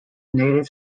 native